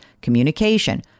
communication